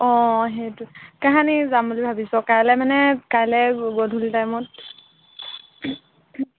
অঁ সেইটো কাহানি যাম বুলি ভাবিছ কাইলৈ মানে কাইলৈ গধূলি টাইমত